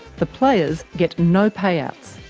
the players get no payouts,